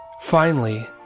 Finally